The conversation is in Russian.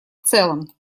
целом